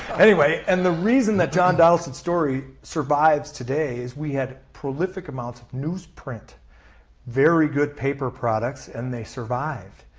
anyway and the reason that john donaldson's story is survives today is we had prolific amounts of newsprint very good paper products and they survived.